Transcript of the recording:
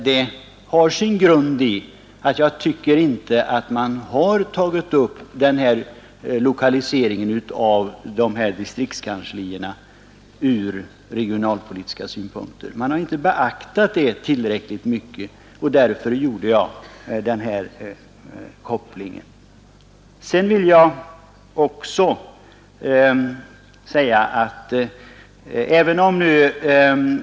Det har sin grund i att jag tycker att man vid lokaliseringen av distriktskanslierna inte tillräckligt mycket beaktat regionalpolitiska synpunkter.